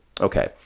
Okay